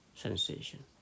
sensation